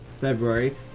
February